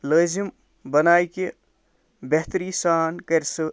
لٲزِم بَنایہِ کہِ بہتٔری سان کرِ سُہ